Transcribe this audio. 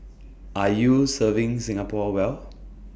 are you serving Singapore well